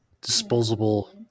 disposable